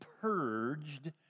purged